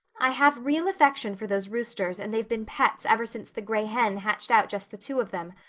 i have real affection for those roosters and they've been pets ever since the gray hen hatched out just the two of them.